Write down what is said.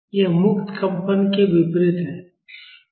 यह मुक्त कंपन के विपरीत है